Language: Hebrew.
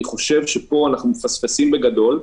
אני חושב שפה אנחנו מפספסים בגדול.